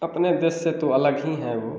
अपने देश से तो अलग ही है वो